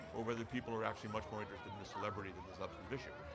or whether people are actually much more interested in the celebrity than the substantive issue.